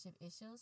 issues